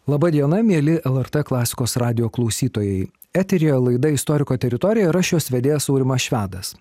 laba diena mieli lrt klasikos radijo klausytojai eteryje laida istoriko teritorija ir aš jos vedėjas aurimas švedas